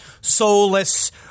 soulless